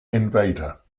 invader